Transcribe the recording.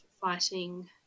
fighting